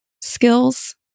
skills